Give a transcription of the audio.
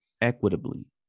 equitably